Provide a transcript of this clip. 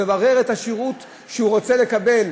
הוא יברר מה השירות שהוא רוצה לקבל,